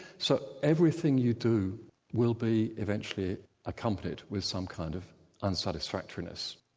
so everything you do will be eventually accompanied with some kind of unsatisfactoriness.